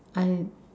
I